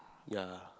ya